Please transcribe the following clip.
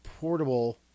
portable